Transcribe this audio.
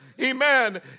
Amen